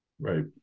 Right